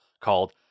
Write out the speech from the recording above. called